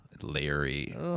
Larry